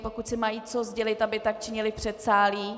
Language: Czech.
Pokud si mají co sdělit, aby tak činili v předsálí.